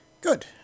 Good